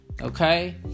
Okay